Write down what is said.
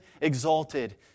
exalted